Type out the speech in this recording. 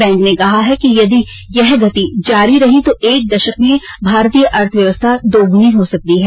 bank ने कहा कि यदि यह गति जारी रही तो एक दशक में भारतीय अर्थव्यवस्था दोगुनी हो सकती है